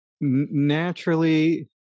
naturally